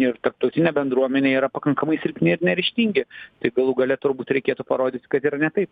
ir tarptautinė bendruomenė yra pakankamai silpni ir neryžtingi tai galų gale turbūt reikėtų parodyti kad yra ne taip